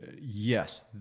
Yes